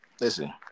Listen